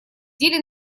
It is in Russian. деле